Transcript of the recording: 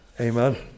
Amen